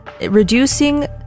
reducing